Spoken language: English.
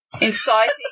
inciting